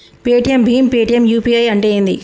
Paytm భీమ్ Paytm UPI అంటే ఏంది?